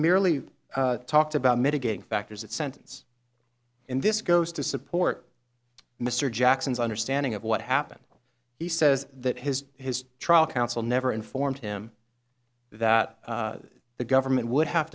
merely talked about mitigating factors that sentence in this goes to support mr jackson's understanding of what happened he says that his his trial counsel never informed him that the government would have